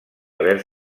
haver